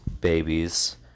babies